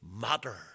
matter